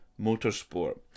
motorsport